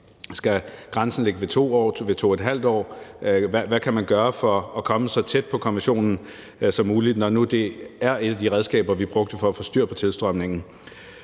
om grænsen skal ligge ved 2 år eller 2½ år. Hvad kan man gøre for at komme så tæt på konventionen som muligt, når nu det er et af de redskaber, vi brugte for at få styr på tilstrømningen?